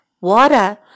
water